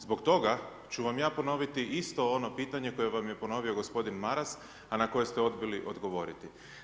Zbog toga ću vam ja ponoviti isto ono pitanje koje vam je ponovio gospodin Maras, a na koje ste odbili odgovoriti.